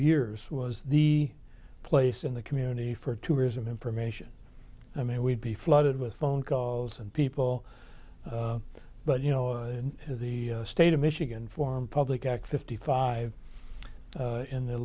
years was the place in the community for tourism information i mean we'd be flooded with phone calls and people but you know in the state of michigan formed public act fifty five in the